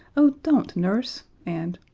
oh, don't, nurse, and,